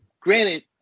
Granted